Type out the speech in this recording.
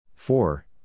Four